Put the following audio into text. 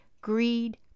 greed